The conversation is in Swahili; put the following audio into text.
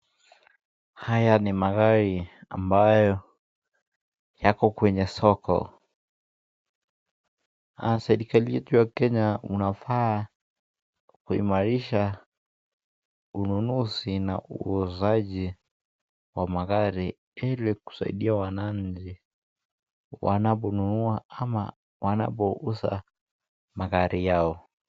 Haya ni magari ambayo yako kwenye soko. Serikali yetu ya Kenya mnafaa kuimarisha ununuzi na uuzaji wa magari ili kusaidia wananchi wanaponunua ama wanapouza magari yao.